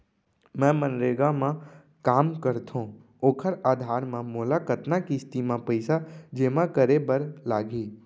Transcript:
मैं मनरेगा म काम करथो, ओखर आधार म मोला कतना किस्ती म पइसा जेमा करे बर लागही?